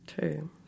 two